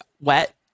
wet